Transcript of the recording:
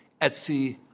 Etsy